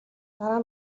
дараа